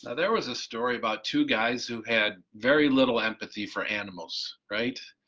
there was a story about two guys who had very little empathy for animals, right?